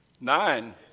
Nine